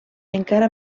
encara